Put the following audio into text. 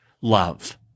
love